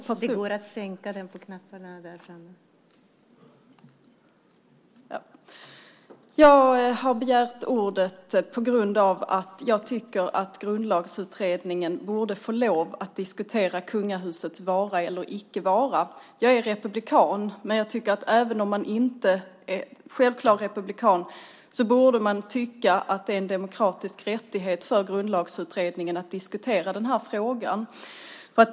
Fru talman! Jag har begärt ordet på grund av att jag tycker att Grundlagsutredningen borde få lov att diskutera kungahusets vara eller icke vara. Jag är republikan, men jag tycker att även om man inte självklart är republikan så borde man tycka att det är en demokratisk rättighet för Grundlagsutredningen att diskutera den här frågan.